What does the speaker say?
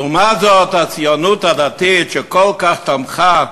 ולעומת זאת, הציונות הדתית, שכל כך תמכה